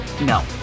No